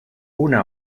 una